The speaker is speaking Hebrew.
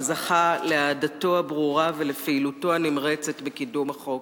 וזכה לאהדתו הברורה ולפעילותו הנמרצת בקידום החוק.